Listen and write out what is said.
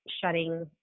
shutting